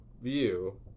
view